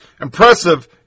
impressive